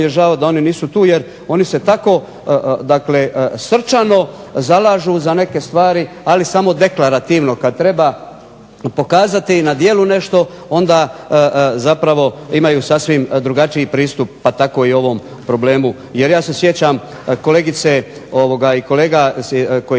je žao da oni nisu tu jer oni se tako srčano zalažu za neke stvari, ali samo deklarativno. Kad treba pokazati na djelu nešto onda zapravo imaju sasvim drugačiji pristup pa tako i ovom problemu. Jer ja se sjećam kolegice i kolega koji